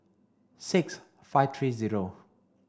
six five three zero